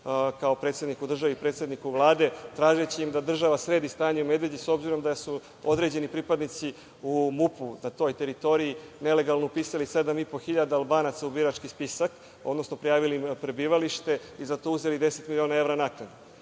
kao predsedniku države, predsedniku Vlade, tražeći im da država sredi stanje u Medveđi, s obzirom da su određeni pripadnici u MUP-u na toj teritoriji nelegalno upisali 7.500 Albanaca u birački spisak, odnosno prijavili prebivalište i za to uzeli 10 miliona evra naknade.